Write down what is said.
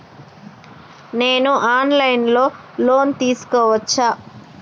నేను online లో loan తీసుకోవచ్చా?